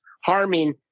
harming